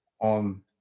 on